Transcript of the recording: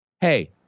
Hey